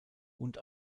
und